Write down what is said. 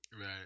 Right